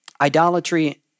idolatry